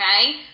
Okay